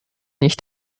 nicht